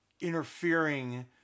interfering